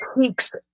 peaks